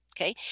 okay